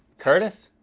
curtis.